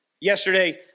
Yesterday